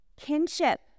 Kinship